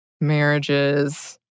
marriages